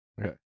okay